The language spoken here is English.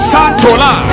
Santola